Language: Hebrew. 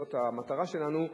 וזאת המטרה שלנו,